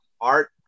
art